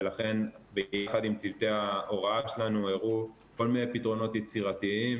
ולכן ביחד עם צוותי ההוראה שלנו הראו כל מיני פתרונות יצירתיים